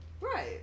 right